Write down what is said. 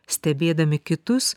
stebėdami kitus